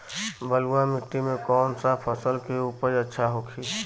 बलुआ मिट्टी में कौन सा फसल के उपज अच्छा होखी?